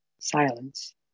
silence